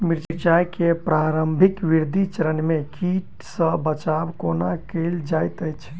मिर्चाय केँ प्रारंभिक वृद्धि चरण मे कीट सँ बचाब कोना कैल जाइत अछि?